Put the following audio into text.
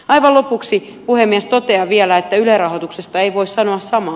aivan lopuksi totean vielä että yle rahoituksesta ei voi sanoa samaa